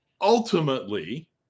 Ultimately